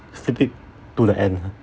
flip it to the end ah